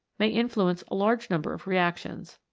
may influence a large number of reactions.